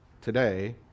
today